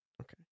Okay